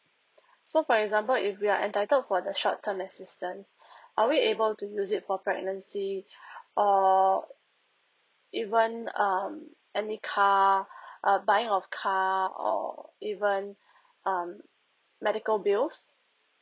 so for example if we are entitled for the short term assistant are we able to use it for pregnancy or even um any car err buying of car or even um medical bills